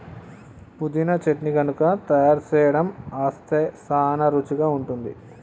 పుదీనా చట్నీ గనుక తయారు సేయడం అస్తే సానా రుచిగా ఉంటుంది